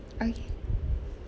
okay